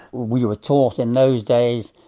we were taught, in those days,